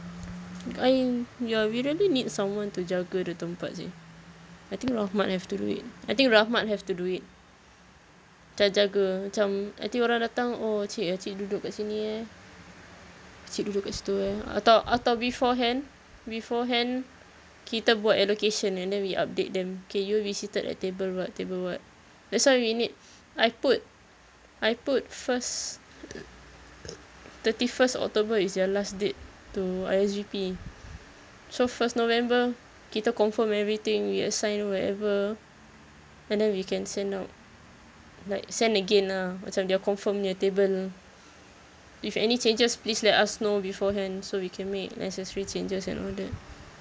I ya we really need someone to jaga the tempat seh I think rahmat have to do it I think rahmat have to do it jaga-jaga macam nanti orang datang oh cik eh cik duduk kat sini eh cik duduk kat situ eh atau atau beforehand beforehand kita buat allocation and then we update them okay you be seated at table what table what that's why we need I put I put first thirty first october is their last date to R_S_V_P so first november kita confirm everything we assign wherever and then we can send out like send again lah macam their confirmed punya table if any changes please let us know beforehand so we can make necessary changes and all that